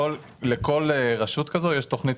לכל רשות כזאת יש תכנית.